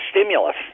stimulus